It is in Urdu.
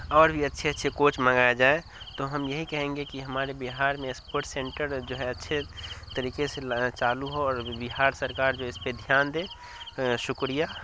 اور بھی اچھے اچھے کوچ منگایا جائے تو ہم یہی کہیں گے کہ ہمارے بہار میں اسپورٹس سینٹر جو ہے اچھے طریقے سے چالو ہو اور بہار سرکار جو ہے اس پہ دھیان دے شکریہ